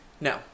No